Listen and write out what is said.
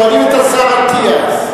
שואלים את השר אטיאס.